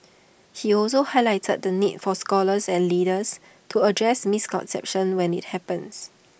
he also highlighted the need for scholars and leaders to address misconceptions when IT happens